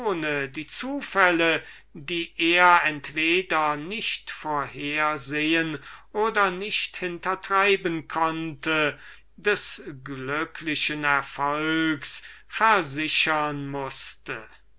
ohne zufälle die er entweder nicht vorhersehen oder nicht hintertreiben konnte des glücklichen erfolgs hätte versichern